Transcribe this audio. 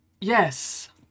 Yes